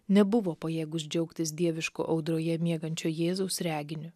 nebuvo pajėgūs džiaugtis dievišku audroje miegančio jėzaus reginiu